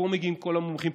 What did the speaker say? לפה מגיעים כל המומחים,